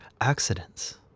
accidents